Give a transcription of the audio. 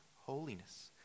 holiness